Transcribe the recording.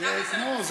זה כמו.